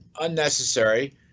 unnecessary